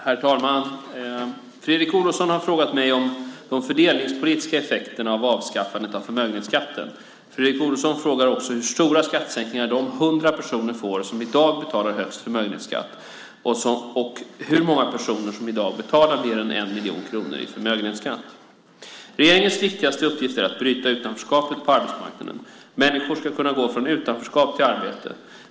Herr talman! Fredrik Olovsson har frågat mig om de fördelningspolitiska effekterna av avskaffandet av förmögenhetsskatten. Fredrik Olovsson frågar också hur stora skattesänkningar de 100 personer får som i dag betalar högst förmögenhetsskatt och hur många personer som i dag betalar mer än 1 miljon kronor i förmögenhetsskatt. Regeringens viktigaste uppgift är att bryta utanförskapet på arbetsmarknaden. Människor ska kunna gå från utanförskap till arbete.